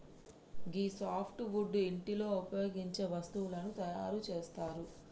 గీ softwood ఇంటిలో ఉపయోగించే వస్తువులను తయారు చేస్తరు